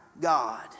God